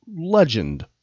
legend